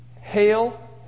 hail